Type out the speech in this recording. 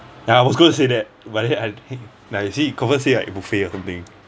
ya I was going to say that but then I like you see confirm say like buffet or something